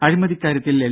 അഴിമതിക്കാര്യത്തിൽ L